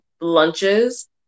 lunches